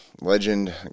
legend